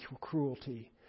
cruelty